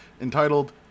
entitled